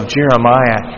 Jeremiah